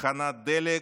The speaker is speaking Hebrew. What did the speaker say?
לתחנת דלק,